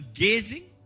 gazing